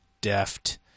deft